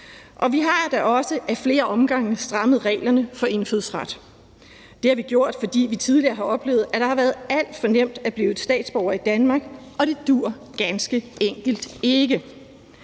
Vi har da også ad flere omgange strammet reglerne for indfødsret. Det har vi gjort, fordi vi tidligere har oplevet, at det har været alt for nemt at blive statsborger i Danmark, og det duer ganske enkelt ikke,